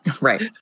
Right